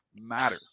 matter